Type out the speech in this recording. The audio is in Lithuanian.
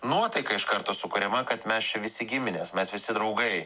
nuotaika iš karto sukuriama kad mes čia visi giminės mes visi draugai